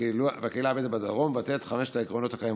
והקהילה הבדואית בדרום ומבטא את חמשת עקרונות הקיימות.